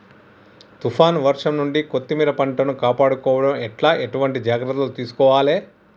తుఫాన్ వర్షం నుండి కొత్తిమీర పంటను కాపాడుకోవడం ఎట్ల ఎటువంటి జాగ్రత్తలు తీసుకోవాలే?